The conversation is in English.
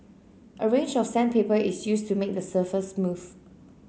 a range of sandpaper is used to make the surface smooth